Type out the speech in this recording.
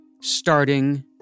starting